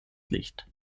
licht